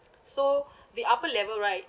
so the upper level right